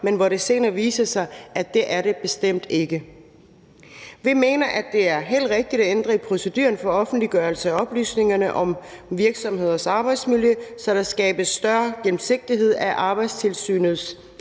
men hvor det senere viser sig, at det er det bestemt ikke. Vi mener, at det er helt rigtigt at ændre i proceduren for offentliggørelse af oplysningerne om virksomheders arbejdsmiljø, så der skabes større gennemsigtighed af Arbejdstilsynets tilsyn